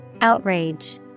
Outrage